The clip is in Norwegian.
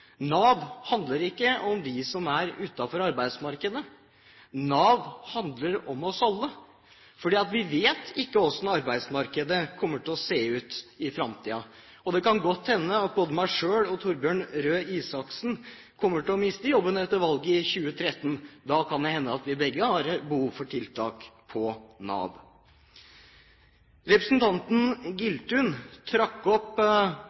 Nav handler ikke om dem som er utenfor arbeidsmarkedet. Nav handler om oss alle, for vi vet ikke hvordan arbeidsmarkedet kommer til å se ut i framtida. Det kan godt hende at både jeg selv og Torbjørn Røe Isaksen kommer til å miste jobben etter valget i 2013. Da kan det hende at vi begge har behov for tiltak på Nav. Representanten Giltun trakk opp